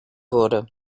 wurde